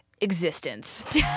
Existence